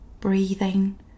breathing